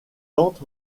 tente